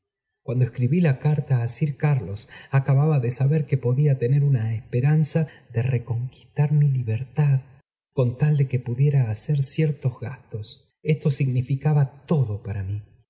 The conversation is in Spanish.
cuando escribí la carta si silos acababa de saber que podía tener una esperanza de reconquistar mi libertad con tal de que pudiera mí